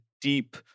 deep